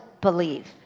believe